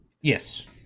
Yes